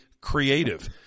creative